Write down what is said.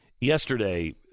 Yesterday